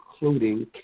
including